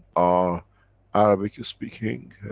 our arabic speaking.